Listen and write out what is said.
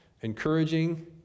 encouraging